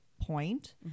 point